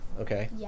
okay